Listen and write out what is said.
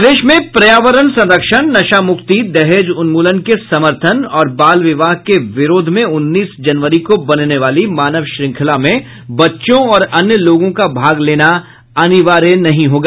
प्रदेश में पर्यावरण संरक्षण नशामुक्ति दहेज उन्मूलन के समर्थन और बाल विवाह के विरोध में उन्नीस जनवरी को बनने वाली मानव श्रंखला में बच्चों और अन्य लोगों का भाग लेना अनिवार्य नहीं होगा